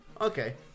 okay